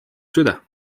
süda